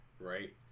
right